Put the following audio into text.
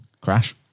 Crash